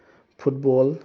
football